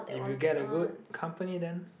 if you get a good company then